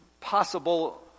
possible